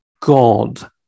God